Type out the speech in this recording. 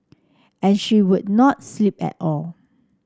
and she would not sleep at all